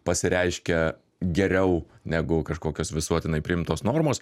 pasireiškia geriau negu kažkokios visuotinai priimtos normos